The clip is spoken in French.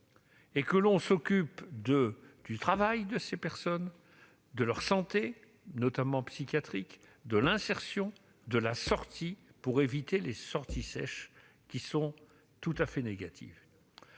et que l'on s'occupe davantage de leur travail, de leur santé, notamment psychiatrique, et de leur insertion à la sortie pour éviter les sorties sèches, qui sont tout à fait négatives.